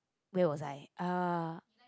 where was I uh